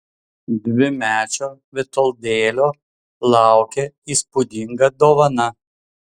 dvimečio vitoldėlio laukė įspūdinga dovana